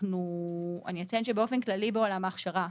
אני אציין שבאופן כללי בעולם ההכשרה,